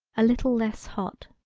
a little less hot.